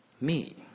Me